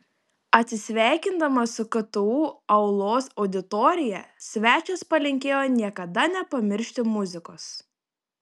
atsisveikindamas su ktu aulos auditorija svečias palinkėjo niekada nepamiršti muzikos